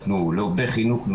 לעובדי חינוך,